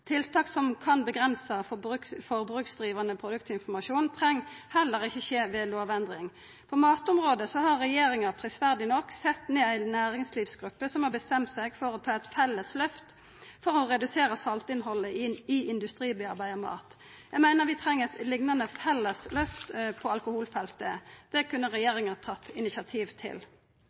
tiltak som kan avgrensa forbruksdrivande produktinformasjon, treng heller ikkje skje ved lovendring. På matområdet har regjeringa prisverdig nok sett ned ei næringslivsgruppe som har bestemt seg for å ta eit felles løft for å redusera saltinnhaldet i industritilverka mat. Eg meiner at vi treng eit liknande felles løft på alkoholfeltet. Det kunne regjeringa tatt initiativ til.